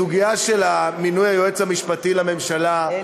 הסוגיה של מינוי היועץ המשפטי לממשלה היא